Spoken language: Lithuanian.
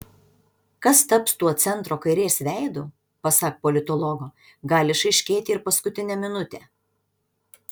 kas taps tuo centro kairės veidu pasak politologo gali išaiškėti ir paskutinę minutę